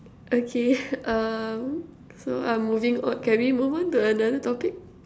okay um so I'm moving on can we move on to another topic